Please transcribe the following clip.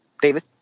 David